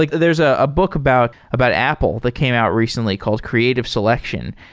like there's ah a book about about apple that came out recently called creative selection.